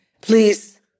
please